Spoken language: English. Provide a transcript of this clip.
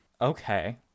Okay